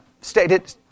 stated